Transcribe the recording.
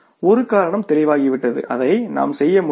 ஒரு காரணம் தெளிவாகிவிட்டது அதை நாம் செய்ய முடியும்